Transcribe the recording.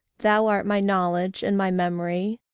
thou art my knowledge and my memory,